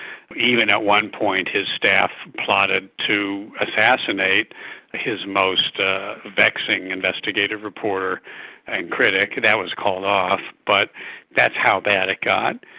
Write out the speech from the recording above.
even at one point his staff plotted to assassinate his most vexing investigative reporter and critic. that was called off. but that's how bad it got.